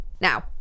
Now